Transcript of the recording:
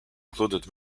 included